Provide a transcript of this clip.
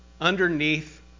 underneath